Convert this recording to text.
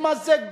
להתמזג בה,